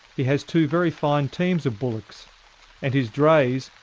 he has two very fine teams of bullocks and his drays,